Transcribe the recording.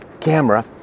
camera